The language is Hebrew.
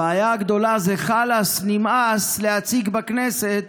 הבעיה הגדולה זה שחלאס, נמאס להציג בכנסת